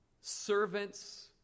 servants